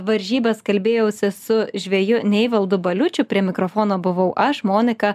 varžybas kalbėjausi su žveju neivaldu baliučiu prie mikrofono buvau aš monika